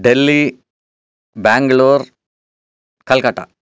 Delhi Bengaluru Calcutta